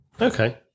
okay